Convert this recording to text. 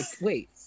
wait